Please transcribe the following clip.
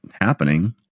happening